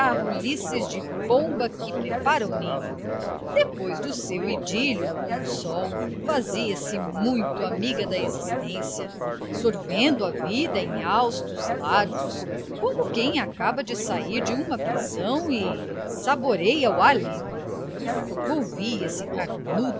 garrulices de pomba que prepara o ninho depois do seu idílio com o sol fazia-se muito amiga da existência sorvendo a vida em haustos largos como quem acaba de sair de uma prisão e saboreia o ar livre volvia se